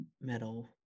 metal